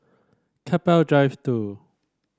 Keppel Drive Two